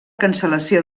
cancel·lació